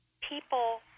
people